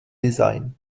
design